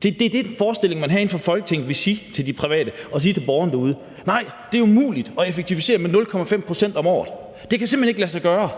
hvis det var en forestilling, man havde herinde fra Folketinget, at man ville sige til de private og til borgerne derude: Nej, det er umuligt at effektivisere med 0,5 pct. om året, det kan simpelt hen ikke lade sig gøre.